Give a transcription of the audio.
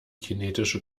kinetische